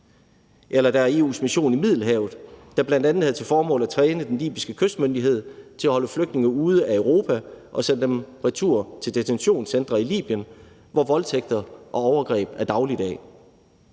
Så er der EU's mission i Middelhavet, som bl.a. havde til formål at træne den libyske kystmyndighed til at holde flygtninge ude af Europa og sende dem retur til detentionscentre i Libyen, hvor voldtægter og overgreb er dagligdag.